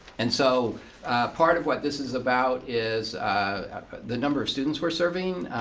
and so part of what this is about is the number of students we're serving,